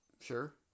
Sure